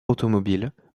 automobile